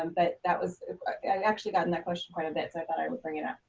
um but that was, i actually gotten that question quite a bit. so i thought i would bring it up.